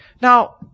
Now